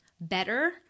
better